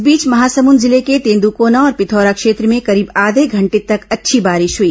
इस बीच महासमुंद जिले के तेंदूकोना और पिथौरा क्षेत्र में करीब आधे घंटे तक अच्छी बारिश हुई